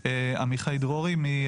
דונם.